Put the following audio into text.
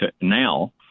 now